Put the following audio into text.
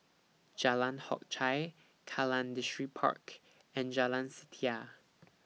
Jalan Hock Chye Kallang Distripark and Jalan Setia